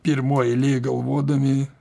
pirmoj eilėj galvodami